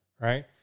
right